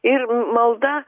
ir malda